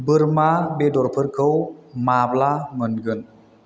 बोरमा बेदरफोरखौ माब्ला मोनगोन